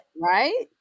right